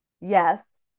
Yes